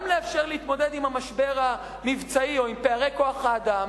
גם לאפשר להתמודד עם המשבר המבצעי או עם פערי כוח-האדם,